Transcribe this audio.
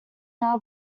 now